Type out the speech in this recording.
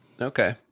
Okay